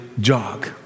jog